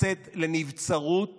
לצאת לנבצרות